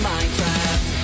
Minecraft